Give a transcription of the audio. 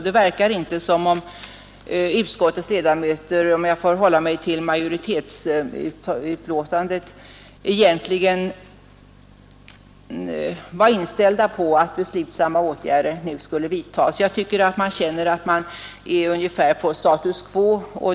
Det verkar inte som om utskottets ledamöter — om jag får hålla mig till majoritetsbetänkandet — egentligen är inställda på att beslutsamma åtgärder nu skall vidtas. Man känner att man är ungefär på status quo.